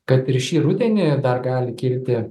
kad ir šį rudenį dar gali kilti